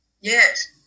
Yes